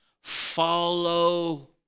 follow